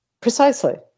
Precisely